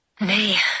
Nay